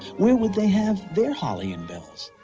where would they have their holly and bells?